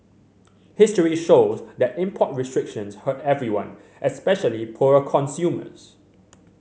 history shows that import restrictions hurt everyone especially poorer consumers